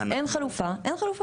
אין חלופה - אין חלופה.